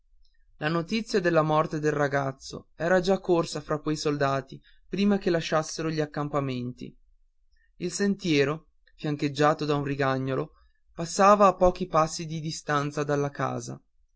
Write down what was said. la notizia della morte del ragazzo era già corsa fra quei soldati prima che lasciassero gli accampamenti il sentiero fiancheggiato da un rigagnolo passava a pochi passi di distanza dalla casa